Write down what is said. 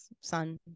son